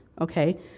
okay